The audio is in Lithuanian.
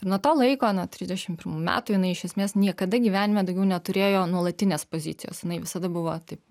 nuo to laiko nuo trisdešim pirmų metų jinai iš esmės niekada gyvenime daugiau neturėjo nuolatinės pozicijos jinai visada buvo taip